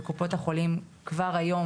וכבר היום,